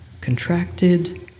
contracted